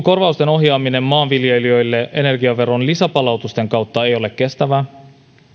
korvausten ohjaaminen maanviljelijöille energiaveron lisäpalautusten kautta ei ole kestävää